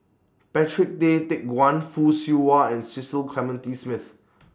Patrick Tay Teck Guan Fock Siew Wah and Cecil Clementi Smith